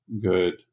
good